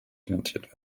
finanziert